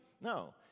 No